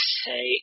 say